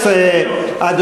איזה שטויות.